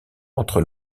entre